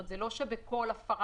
לא בכל הפרה